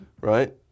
right